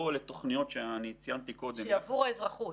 או לתוכניות שציינתי קודם --- שהיא עבור האזרחות.